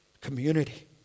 community